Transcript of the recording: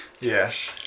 Yes